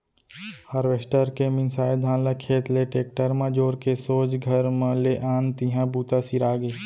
harvester के मिंसाए धान ल खेत ले टेक्टर म जोर के सोझ घर म ले आन तिहॉं बूता सिरागे